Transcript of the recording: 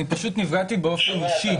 אני פשוט נפגעתי באופן אישי